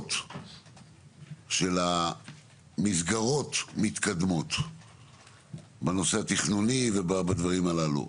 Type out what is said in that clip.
לפחות של המסגרות מתקדמים בנושא התכנוני ובדברים הללו,